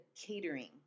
catering